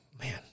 man